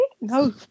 No